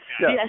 yes